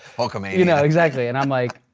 hulkamania. you know exactly and i'm like,